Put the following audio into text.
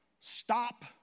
stop